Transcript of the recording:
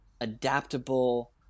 adaptable